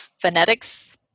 phonetics